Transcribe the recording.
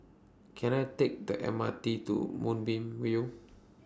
Can I Take The M R T to Moonbeam View